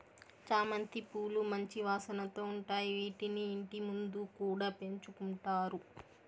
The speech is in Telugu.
చామంతి పూలు మంచి వాసనతో ఉంటాయి, వీటిని ఇంటి ముందు కూడా పెంచుకుంటారు